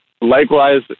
likewise